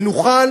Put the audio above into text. ונוכל,